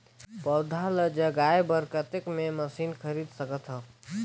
पौधा ल जगाय बर कतेक मे मशीन खरीद सकथव?